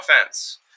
offense